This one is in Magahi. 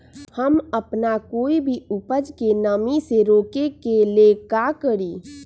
हम अपना कोई भी उपज के नमी से रोके के ले का करी?